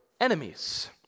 enemies